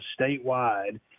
statewide